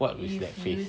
what is that face